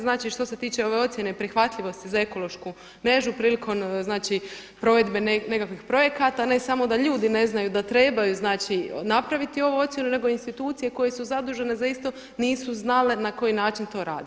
Znači što se tiče ove ocjene prihvatljivosti za ekološku mrežu prilikom, znači provedbe nekakvih projekata, ne samo da ljudi ne znaju da trebaju, znači napraviti ovu ocjenu, nego institucije koje su zadužene za isto nisu znale na koji način to rade.